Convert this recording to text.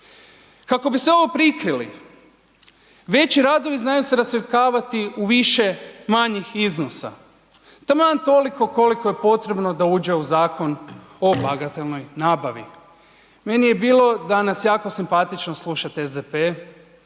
Kako bi sve ovo prikrili veći radovi znaju se rascjepkavati u više manjih iznosa, taman toliko koliko je potrebno da uđe u zakon o bagatelnoj nabavi. Meni je bilo danas jako simpatično slušati SDP